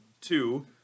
two